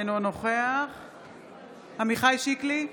אינו נוכח עמיחי שיקלי,